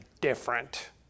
different